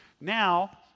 now